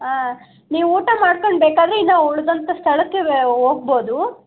ಹಾಂ ನೀವು ಊಟ ಮಾಡ್ಕಂಡು ಬೇಕಾದರೆ ಇನ್ನೂ ಉಳಿದಂಥ ಸ್ಥಳಕ್ಕೆ ಹೋಗ್ಬೋದು